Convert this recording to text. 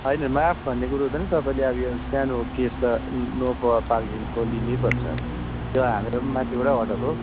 होइन माफ भन्ने कुरो हुँदैन तपाईँले अब यो सानो केस त नो पार्किङको लिनैपर्छ त्यो हामीहरू पनि माथिबाटै अर्डर हो